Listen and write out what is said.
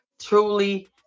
truly